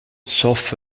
sauf